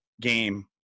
game